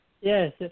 Yes